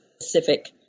specific